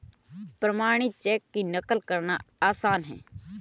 प्रमाणित चेक की नक़ल करना आसान है